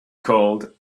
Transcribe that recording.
called